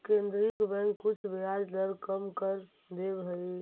केन्द्रीय बैंक कुछ ब्याज दर कम कर देवऽ हइ